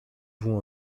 vont